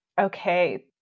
Okay